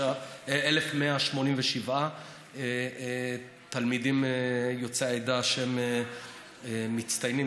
ל-1,187 תלמידים יוצאי העדה שהם מצטיינים.